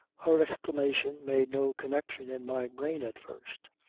her exclamation made no connection in my brain at first.